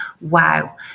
wow